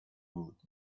بود